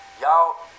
Y'all